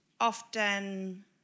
often